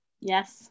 Yes